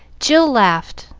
jill laughed,